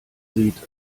sieht